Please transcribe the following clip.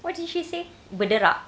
what did she say berderak